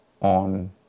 on